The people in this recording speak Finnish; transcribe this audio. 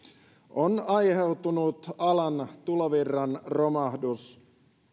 on aiheutunut alan tulovirran romahdus